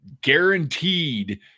guaranteed